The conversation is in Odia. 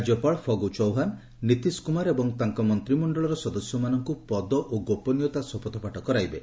ରାଜ୍ୟପାଳ ଫଗୁ ଚୌହ୍ୱାନ ନୀତିଶ କୁମାର ଏବଂ ତାଙ୍କ ମନ୍ତ୍ରିମଣ୍ଡଳର ସଦସ୍ୟମାନଙ୍କୁ ପଦ ଓ ଗୋପନୀୟତା ଶପଥ ପାଠ କରାଇବେ